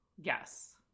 Yes